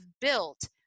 built-